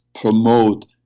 promote